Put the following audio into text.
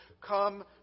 come